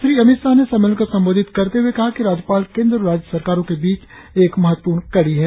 श्री अमित शाह ने सम्मेलन को संबोधित करते हुए कहा कि राज्यपालकेंद्र और राज्य सरकारों के बीच एक महत्वपूर्ण कड़ी हैं